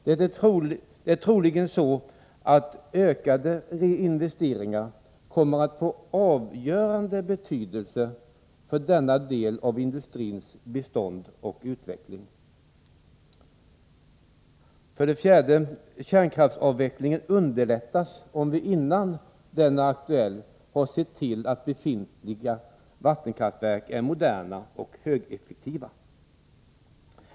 Det är troligen så att ökade reinvesteringar kommer att få avgörande betydelse för denna del av industrins bestånd och utveckling. 4. Kärnkraftsavvecklingen underlättas om vi innan den är aktuell har sett till att befintliga vattenkraftverk är moderna och högeffektiva.